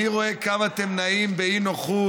אני רואה כמה אתם נעים באי-נוחות,